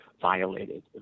violated